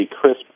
CRISP